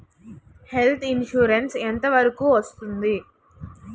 Health insurance ఎంత వరకు వస్తుంది?